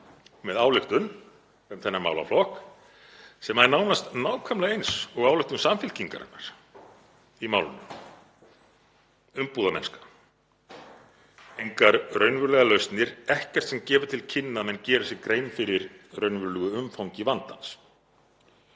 með ályktun um þennan málaflokk sem er nánast nákvæmlega eins og ályktun Samfylkingarinnar í málinu, umbúðamennska, engar raunverulegar lausnir, ekkert sem gefur til kynna að menn geri sér grein fyrir raunverulegu umfangi vandans.